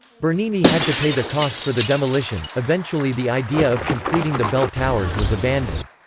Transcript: bernini had to pay the cost for the demolition eventually the idea of completing the bell towers was abandoned.